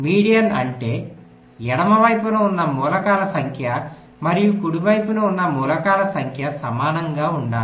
మధ్యస్థం అంటే ఎడమ వైపున ఉన్న మూలకాల సంఖ్య మరియు కుడి వైపున ఉన్న మూలకాల సంఖ్య సమానంగా ఉండాలి